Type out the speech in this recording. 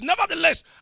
Nevertheless